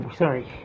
sorry